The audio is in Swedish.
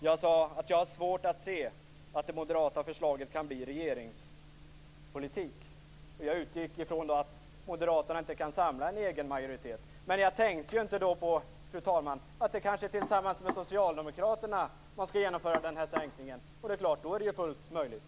Jag sade att jag har svårt att se att moderaternas förslag kan bli regeringspolitik. Jag utgick från att moderaterna inte kan samla en egen majoritet. Då tänkte jag inte på, fru talman, att man kanske skall genomföra den här sänkningen tillsammans med socialdemokraterna. Då är det ju fullt möjligt.